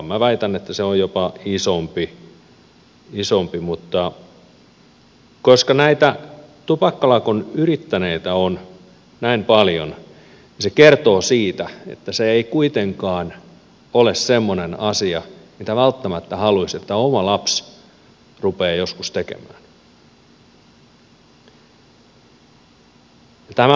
minä väitän että se on jopa isompi mutta koska näitä tupakkalakkoa yrittäneitä on näin paljon se kertoo siitä että se ei kuitenkaan ole semmoinen asia mitä välttämättä haluaisi että oma lapsi rupeaa joskus tekemään